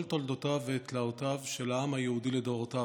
תולדותיו ותלאותיו של העם היהודי לדורותיו.